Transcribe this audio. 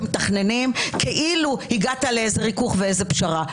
מתכננים כאילו הגעתם לאיזה ריכוך ואיזה פשרה.